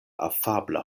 afabla